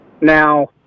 Now